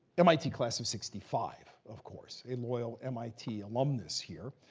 mit class of sixty five, of course. a loyal mit alumnus here.